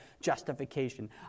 justification